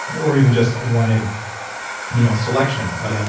or even just, i wanted you know a selection. but yeah